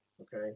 Okay